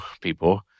people